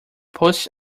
post